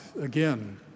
again